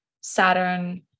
Saturn